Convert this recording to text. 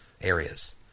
Areas